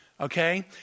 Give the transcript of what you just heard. Okay